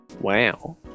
Wow